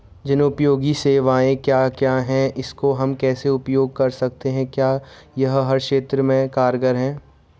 जनोपयोगी सेवाएं क्या क्या हैं इसको हम कैसे उपयोग कर सकते हैं क्या यह हर क्षेत्र में कारगर है?